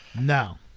No